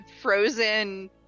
frozen